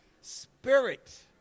spirit